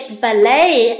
ballet